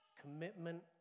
commitment